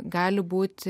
gali būti